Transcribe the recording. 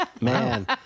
man